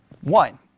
One